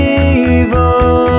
evil